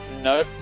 No